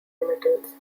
metals